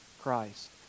Christ